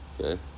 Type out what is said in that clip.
Okay